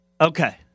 Okay